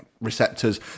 receptors